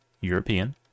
European